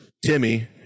Timmy